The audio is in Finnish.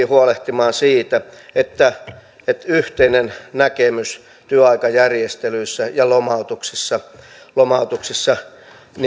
huolehtimaan siitä että yhteinen näkemys työaikajärjestelyissä ja lomautuksissa lomautuksissa